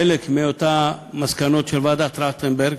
חלק מאותן מסקנות של ועדת טרכטנברג,